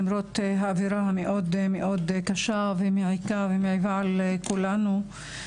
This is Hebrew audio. למרות האווירה מאוד מאוד קשה ומעיקה על כולנו.